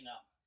up